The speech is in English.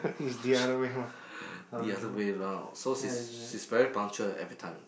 the other way round so she's she's very punctual every time